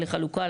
לחלוקה,